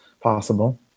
possible